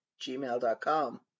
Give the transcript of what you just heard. gmail.com